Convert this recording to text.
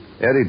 Eddie